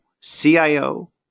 CIO